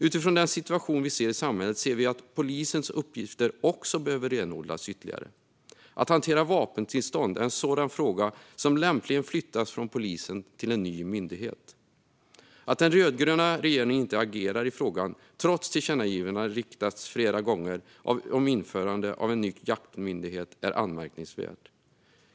Utifrån den situation vi ser i samhället ser vi att polisens uppgifter behöver renodlas ytterligare. Att hantera vapentillstånd är en sådan fråga som lämpligen flyttas från polisen till en ny myndighet. Att den rödgröna regeringen inte agerar i frågan trots att tillkännagivanden gjorts flera gånger om införandet av en ny jaktmyndighet är anmärkningsvärt.